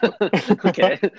okay